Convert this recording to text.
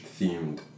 themed